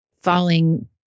falling